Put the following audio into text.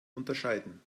unterscheiden